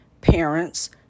parents